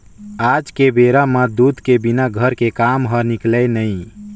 आज के बेरा म दूद के बिना घर के काम ह निकलय नइ